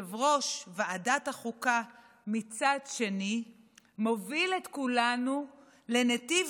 ועדת החוקה מצד שני מוביל את כולנו לנתיב מואץ,